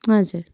हजुर